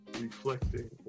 reflecting